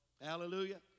Hallelujah